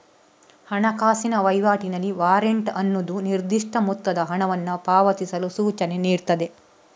ಹಣಕಾಸಿನ ವೈವಾಟಿನಲ್ಲಿ ವಾರೆಂಟ್ ಅನ್ನುದು ನಿರ್ದಿಷ್ಟ ಮೊತ್ತದ ಹಣವನ್ನ ಪಾವತಿಸಲು ಸೂಚನೆ ನೀಡ್ತದೆ